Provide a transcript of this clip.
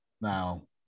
Now